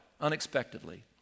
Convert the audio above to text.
unexpectedly